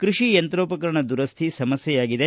ಕೃಷಿ ಯಂತ್ರೋಕರಣ ದುರಸ್ತಿ ಸಮಸ್ತೆಯಾಗಿದೆ